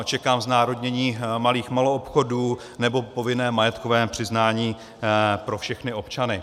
Čekám znárodnění malých maloobchodů nebo povinné majetkové přiznání pro všechny občany.